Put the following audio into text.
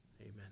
Amen